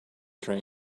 train